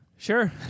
Sure